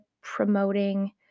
promoting